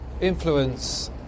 influence